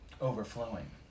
Overflowing